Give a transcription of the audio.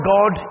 God